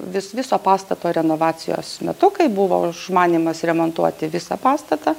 vis viso pastato renovacijos metu kai buvo užmanymas remontuoti visą pastatą